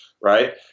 Right